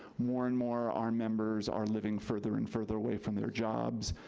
more and more our members are living further and further away from their jobs.